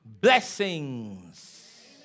blessings